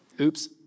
Oops